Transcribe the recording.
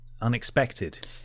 Unexpected